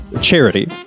Charity